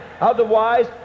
otherwise